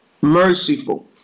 merciful